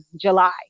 July